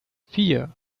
vier